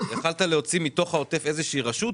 יכולת להוציא מתוך העוטף איזו רשות?